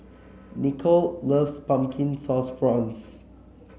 Nichole loves Pumpkin Sauce Prawns